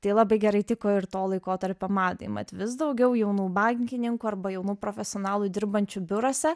tai labai gerai tiko ir to laikotarpio madai mat vis daugiau jaunų bankininkų arba jaunų profesionalų dirbančių biuruose